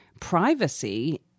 privacy